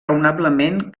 raonablement